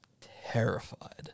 Terrified